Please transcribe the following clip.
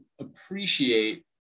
appreciate